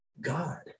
God